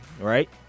right